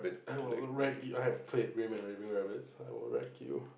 I will wreck you I have played and Raving Rabbits I will wreck you